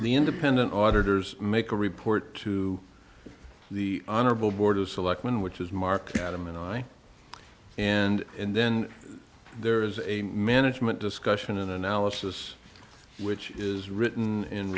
the independent auditors make a report to the honorable board of selectmen which is mark adam and i and then there is a management discussion an analysis which is written in